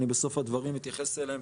בסוף הדברים אתייחס אליהם